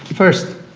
first,